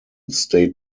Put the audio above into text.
state